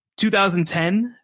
2010